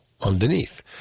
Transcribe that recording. underneath